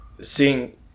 seeing